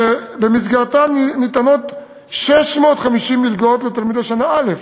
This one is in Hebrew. שבמסגרתה ניתנות 650 מלגות לתלמידי שנה א'.